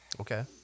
Okay